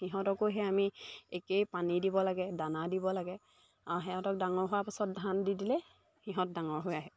সিহঁতকো সেই আমি একেই পানী দিব লাগে দানা দিব লাগে সিহঁতক ডাঙৰ হোৱাৰ পাছত ধান দি দিলে সিহঁত ডাঙৰ হৈ আহে